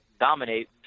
dominate